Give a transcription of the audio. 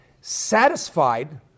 satisfied